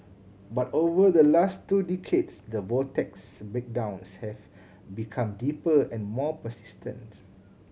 but over the last two decades the vortex's breakdowns have become deeper and more persistent